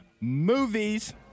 movies